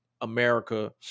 America